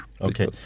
Okay